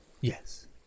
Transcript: yes